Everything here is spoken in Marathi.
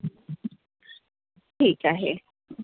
ठीक आहे